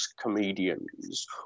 comedians